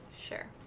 Sure